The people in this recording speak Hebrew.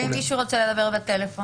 ואם מישהו רוצה לדבר בטלפון?